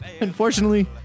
Unfortunately